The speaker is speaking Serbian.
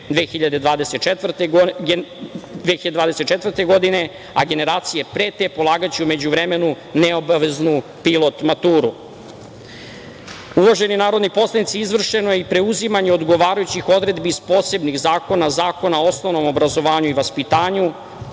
2023/2024. godine, a generacije pre te polagaće u međuvremenu neobaveznu pilot maturu. Uvaženi narodni poslanici, izvršeno je i preuzimanje odgovarajućih odredbi iz posebnih zakona – Zakona o osnovnom obrazovanju i vaspitanju